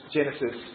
Genesis